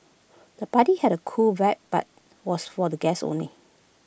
the party had A cool vibe but was for the guests only